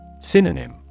Synonym